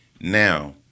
Now